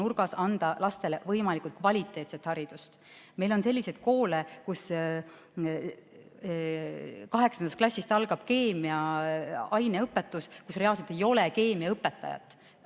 nurgas anda lastele võimalikult kvaliteetset haridust. Meil on selliseid koole, kus kaheksandast klassist algab keemia aineõpetus, aga kus reaalselt ei ole keemiaõpetajat.